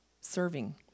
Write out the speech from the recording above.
serving